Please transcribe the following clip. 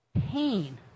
pain